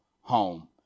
home